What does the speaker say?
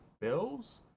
Bills